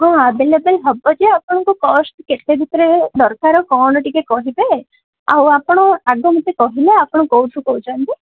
ହଁ ଅଭେଲେବୁଲ୍ ହେବ ଯେ ଆପଣଙ୍କ କଷ୍ଟ୍ କେତେ ଭିତରେ ଦରକାର କ'ଣ ଟିକେ କହିବେ ଆଉ ଆପଣ ଆଗ ମୋତେ କହିଲେ ଆପଣ କେଉଁଠୁ କହୁଛନ୍ତି